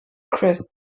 crest